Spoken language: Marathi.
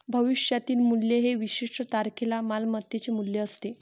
भविष्यातील मूल्य हे विशिष्ट तारखेला मालमत्तेचे मूल्य असते